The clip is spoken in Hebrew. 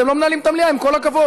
אתם לא מנהלים את המליאה, עם כל הכבוד.